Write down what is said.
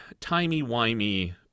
timey-wimey